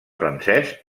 francès